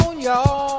Y'all